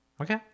Okay